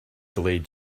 delayed